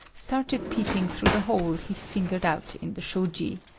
started peeping through the hole he fingered out in the shoji.